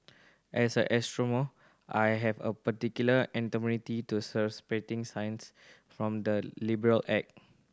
as an astronomer I have a particular antipathy to separating science from the liberal